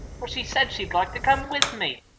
but she said she'd like to come with me.